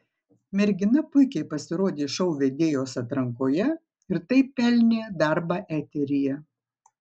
mergina puikiai pasirodė šou vedėjos atrankoje ir taip pelnė darbą eteryje